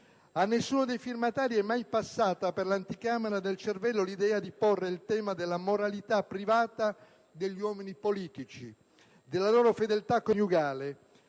A nessuno dei firmatari è mai passata per l'anticamera del cervello l'idea di porre il tema della moralità privata degli uomini politici, della loro fedeltà coniugale,